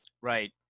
Right